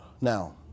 Now